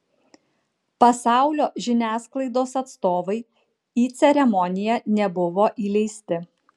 pasaulio žiniasklaidos atstovai į ceremoniją nebuvo įleisti